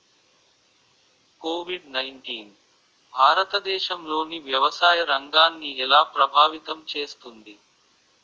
Covid nineteen భారతదేశంలోని వ్యవసాయ రంగాన్ని ఎలా ప్రభావితం చేస్తుంది?